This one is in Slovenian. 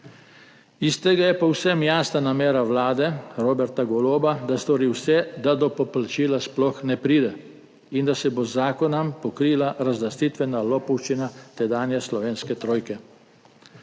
Iz tega je povsem jasna namera vlade Roberta Goloba, da stori vse, da do poplačila sploh ne pride in da se bo z zakonom pokrila razlastitvena lopovščina tedanje slovenske trojke.